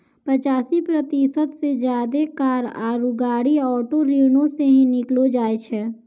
पचासी प्रतिशत से ज्यादे कार आरु गाड़ी ऑटो ऋणो से ही किनलो जाय छै